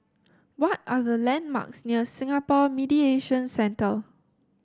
what are the landmarks near Singapore Mediation Centre